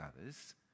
others